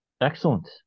Excellent